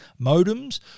modems